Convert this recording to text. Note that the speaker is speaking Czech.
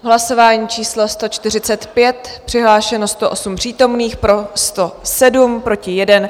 Hlasování číslo 145, přihlášeno 108 přítomných, pro 107, proti 1.